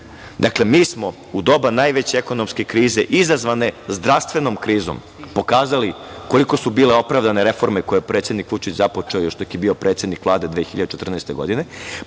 Evropi. Dakle, mi smo u doba najveće ekonomske krize izazvane zdravstvenom krizom pokazali koliko su bile opravdane reforme koje je predsednik Vučić započeo još dok je bio predsednik Vlade 2014. godine,